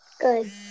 Good